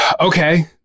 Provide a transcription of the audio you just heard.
okay